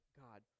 God